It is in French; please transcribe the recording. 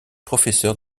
professeur